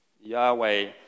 Yahweh